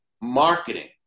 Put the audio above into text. marketing